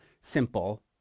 simple